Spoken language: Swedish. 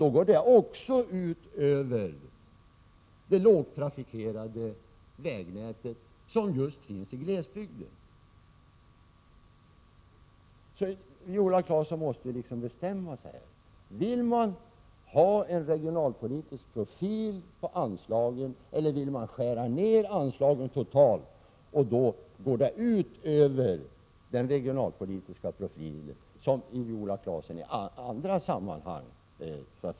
Detta går också ut över det lågtrafikerade vägnätet som just finns i glesbygden. Viola Claesson måste bestämma sig. Vill hon ha en regionalpolitisk profil på väganslagen eller vill hon skära ner anslagen totalt, vilket kommer att gå ut över den regionalpolitiska profil som Viola Claesson i andra sammanhang står bakom?